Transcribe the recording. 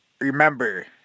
remember